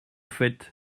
fait